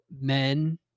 men